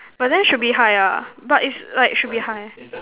but then should be high ah but is like should be high